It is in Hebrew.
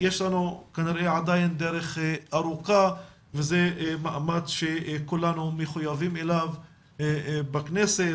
יש לנו כנראה עדיין דרך ארוכה וזה מאמץ שכולנו מחויבים אליו בכנסת,